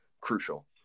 crucial